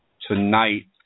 tonight